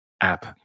app